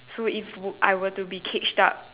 so if I were to be caged up